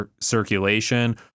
circulation